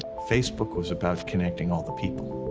facebook was about connecting all the people.